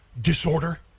disorder